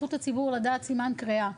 זכות הציבור לדעת סימן קריאה.